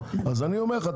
אז אני אומר לך,